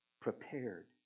prepared